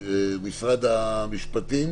משרד המשפטים?